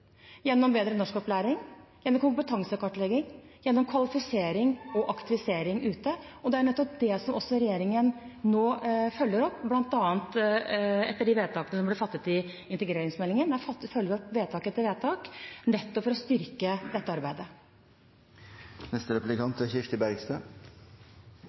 gjennom rask bosetting, gjennom bedre norskopplæring, gjennom kompetansekartlegging, gjennom kvalifisering og aktivisering ute. Det er jo nettopp det regjeringen nå følger opp, bl.a. etter de vedtakene som ble fattet i behandlingen av integreringsmeldingen. Der følger vi opp vedtak etter vedtak nettopp for å styrke dette